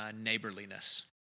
neighborliness